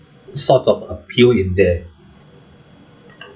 sorts of appeal in there